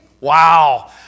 Wow